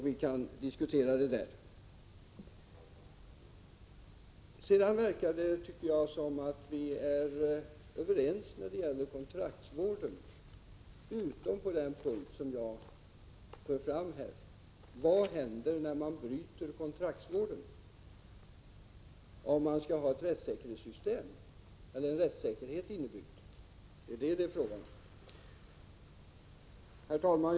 Vi kan diskutera den där. Det verkar som om vi är överens om kontraktsvården, utom på den punkt som jag påpekade, nämligen: Vad händer när man bryter kontraktsvården? Skall man ha ett system där rättssäkerheten är tillgodosedd eller ej? Det är detta det är fråga om. Herr talman!